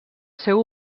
seu